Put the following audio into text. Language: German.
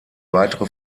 weitere